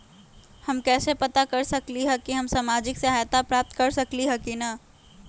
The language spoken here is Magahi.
हम कैसे पता कर सकली ह की हम सामाजिक सहायता प्राप्त कर सकली ह की न?